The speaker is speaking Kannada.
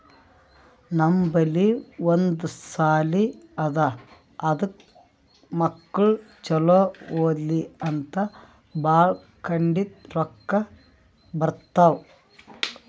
ನಮ್ ಬಲ್ಲಿ ಒಂದ್ ಸಾಲಿ ಅದಾ ಅದಕ್ ಮಕ್ಕುಳ್ ಛಲೋ ಓದ್ಲಿ ಅಂತ್ ಭಾಳ ಕಡಿಂದ್ ರೊಕ್ಕಾ ಬರ್ತಾವ್